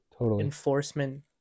enforcement